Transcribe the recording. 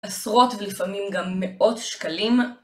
עשרות ולפעמים גם מאות שקלים.